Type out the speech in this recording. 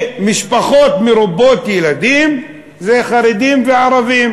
שמשפחות מרובות ילדים זה חרדים וערבים.